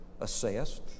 assessed